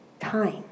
time